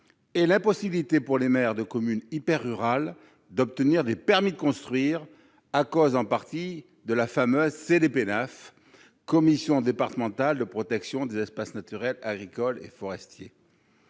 est l'impossibilité pour les maires de communes hyper-rurales d'obtenir des permis de construire, à cause, pour partie, de la Commission départementale de la préservation des espaces naturels, agricoles et forestiers,